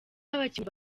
abakinnyi